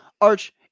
Arch